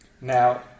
Now